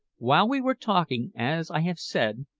while we were talking, as i have said,